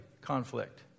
conflict